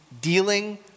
dealing